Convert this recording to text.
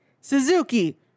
Suzuki